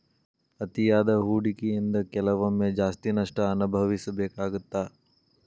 ಅತಿಯಾದ ಹೂಡಕಿಯಿಂದ ಕೆಲವೊಮ್ಮೆ ಜಾಸ್ತಿ ನಷ್ಟ ಅನಭವಿಸಬೇಕಾಗತ್ತಾ